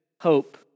hope